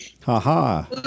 Ha-ha